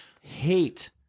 hate